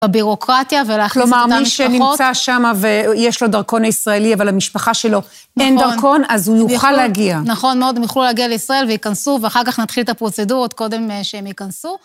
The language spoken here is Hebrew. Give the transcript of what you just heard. בבירוקרטיה ולהכניס, כלומר מי שנמצא שם, ויש לו דרכון הישראלי, אבל המשפחה שלו אין דרכון, אז הוא יוכל להגיע. נכון, מאוד, הם יוכלו להגיע לישראל ויכנסו, ואחר כך נתחיל את הפרוצדורות קודם שהם ייכנסו.